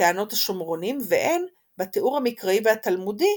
בטענות השומרונים והן בתיאור המקראי והתלמודי,